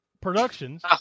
productions